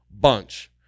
bunch